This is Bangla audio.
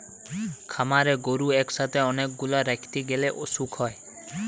খামারে গরু একসাথে অনেক গুলা রাখতে গ্যালে অসুখ হয়